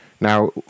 Now